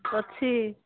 ଅଛି